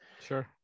Sure